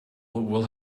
will